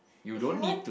if you want